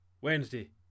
Wednesday